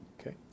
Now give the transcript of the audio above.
Okay